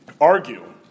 argue